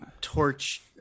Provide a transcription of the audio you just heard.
torch